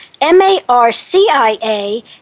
M-A-R-C-I-A